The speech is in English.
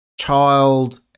child